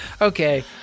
Okay